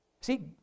See